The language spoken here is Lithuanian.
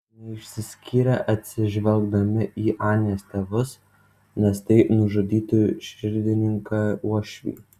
neišsiskyrė atsižvelgdami į anės tėvus nes tai nužudytų širdininką uošvį